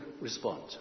respond